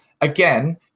again